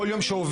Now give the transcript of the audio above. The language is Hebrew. כל יום שעובר,